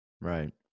Right